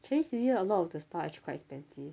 chinese new year a lot of the stuff actually quite expensive